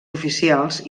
oficials